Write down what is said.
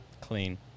clean